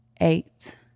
eight